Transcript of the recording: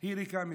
היא ריקה מתוכן.